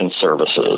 services